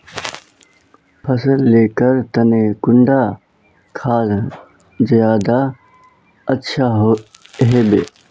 फसल लेर तने कुंडा खाद ज्यादा अच्छा हेवै?